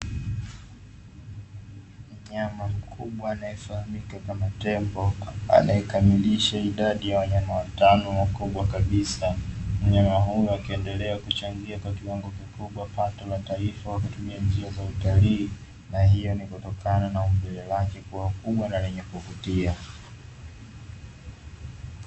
Mnyama mkubwa anayefahamika kama tembo anayekamilisha idadi ya wanyama watano wakubwa kabisa, mnyama huyu akiendelea kuchangia kwa kiwango kikubwa kwenye pato la taifa kwa njia za utalii, na hio ni kutokana na umbile lake kuwa kubwa na lenye kuvutia.